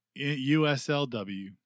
USLW